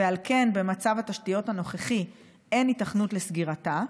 ועל כן במצב התשתיות הנוכחי אין היתכנות לסגירתה,